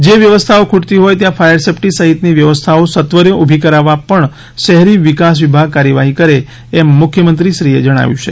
જે વ્યવસ્થાઓ ખૂટતી હોય ત્યાં ફાયર સેફટી સહિતની વ્યવસ્થાઓ સત્વરે ઊભી કરાવવા પણ શહેરી વિકાસ વિભાગ કાર્યવાહી કરે એમ મુખ્યમંત્રીશ્રીએ જણાવ્યું છે